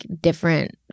different